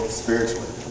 spiritually